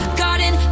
garden